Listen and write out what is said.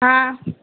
ஆ